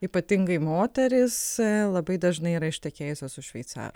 ypatingai moterys labai dažnai yra ištekėjusios už šveicarų